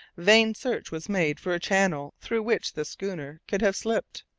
vain search was made for a channel through which the schooner could have slipped,